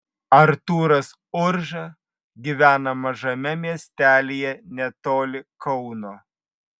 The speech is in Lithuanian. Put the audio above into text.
artūras urža gyvena mažame miestelyje netoli kauno